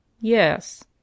Yes